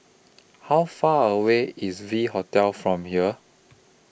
How Far away IS V Hotel from here